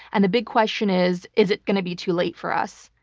and the big question is, is it gonna be too late for us?